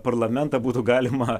parlamentą būtų galima